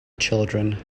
children